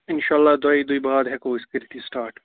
اِنشااللہ دۄیی دۅہۍ بعد ہٮ۪کو أسۍ کٔرِتھ یہِ سِٹارٹ